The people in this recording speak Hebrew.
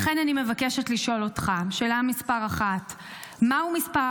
לכן אני מבקשת לשאול אותך: 1. מהו מספר